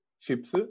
chips